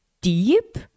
deep